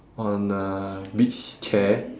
on a beach chair